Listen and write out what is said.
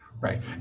Right